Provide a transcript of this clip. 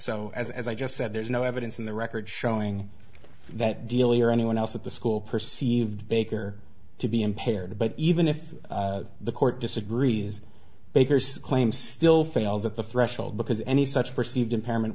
so as i just said there's no evidence in the record showing that dealey or anyone else at the school perceive baker to be impaired but even if the court disagrees baker's claim still fails at the threshold because any such perceived impairment